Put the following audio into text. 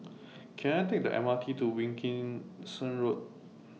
Can I Take The M R T to Wilkinson Road